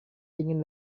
ingin